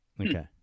okay